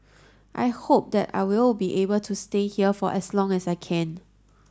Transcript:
I hope that I will be able to stay here for as long as I can